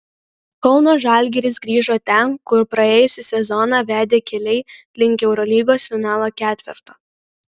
kauno žalgiris grįžo ten kur praėjusį sezoną vedė keliai link eurolygos finalo ketverto